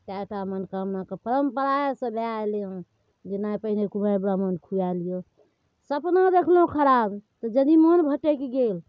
तएटा मनोकामना कऽ परम्पराएसँ भए एलैहँ जेना पहिले कुमारि ब्राह्मण खुवाएल गेल सपना देखलहुँ खराब जदी मन भटैक गेल